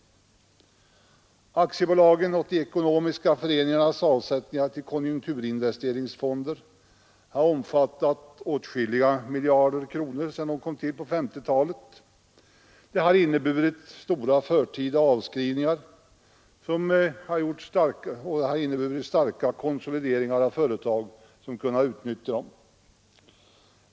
Aktiebolagens och de ekonomiska föreningarnas avsättningar till konjunkturinvesteringsfonder har omfattat åtskilliga miljarder kronor sedan dessa fonder kom till på 1950-talet. Det har inneburit stora förtida avskrivningar och starka konsolideringar av de företag som kunnat utnyttja fonderna.